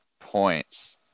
points